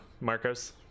Marcos